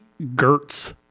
Gertz